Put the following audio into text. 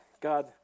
God